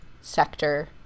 sector